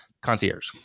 concierge